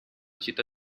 città